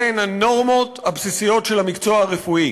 אלה הן הנורמות הבסיסיות של מקצוע הרפואה.